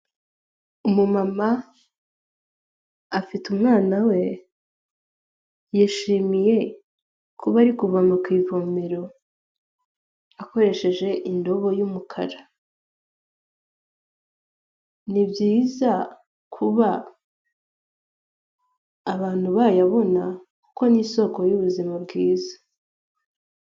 Umumama afite umwana we yishimiye kuba ari kuvoma ku ivomero, akoresheje indobo y'umukara, ni byiza kuba abantu bayabona kuko ni isoko y'ubuzima bwiza.